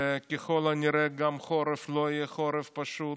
וככל הנראה גם החורף לא יהיה חורף פשוט,